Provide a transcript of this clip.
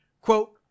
Quote